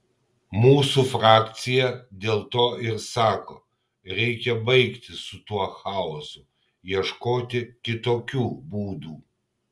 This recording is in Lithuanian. mūsų frakcija dėl to ir sako reikia baigti su tuo chaosu ieškoti kitokių būdų